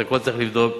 את הכול צריך לבדוק,